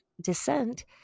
descent